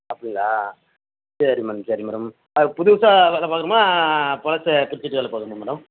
அப்படிங்களா சரி மேடம் சரி மேடம் அது புதுசாக வேலை பார்க்கணுமா பழசை பிரிச்சுட்டு வேலை பார்க்கணுமா மேடம்